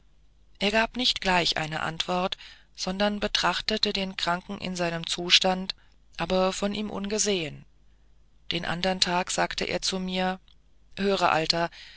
er gab nicht gleich eine antwort sondern betrachtete den kranken in seinem zustand aber von ihm ungesehen den andern tag sagte er zu mir höre alter